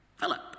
Philip